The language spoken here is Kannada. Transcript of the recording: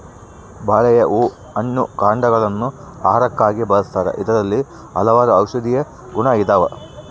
ಬಾಳೆಯ ಹೂ ಹಣ್ಣು ಕಾಂಡಗ ಳನ್ನು ಆಹಾರಕ್ಕಾಗಿ ಬಳಸ್ತಾರ ಇದರಲ್ಲಿ ಹಲವಾರು ಔಷದಿಯ ಗುಣ ಇದಾವ